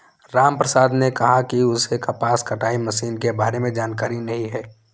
रामप्रसाद ने कहा कि उसे कपास कटाई मशीन के बारे में जानकारी नहीं है